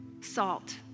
salt